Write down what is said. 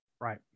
Right